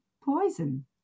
poison